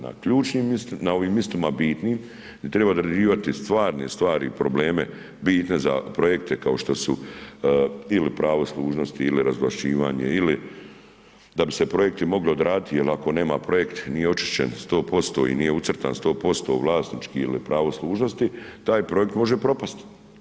Na ključnim, na ovim mistima bitnim gdi triba određivati stvarne stvari i probleme bitne za projekte kao što su ili pravo služnosti ili razvlaščivanje ili da bi se projekti mogli odraditi jer ako nema projekt nije očišćen 100% i nije ucrtan 100% u vlasnički ili pravo služnosti taj projekt može propasti.